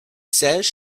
says